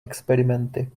experimenty